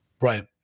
Right